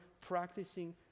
practicing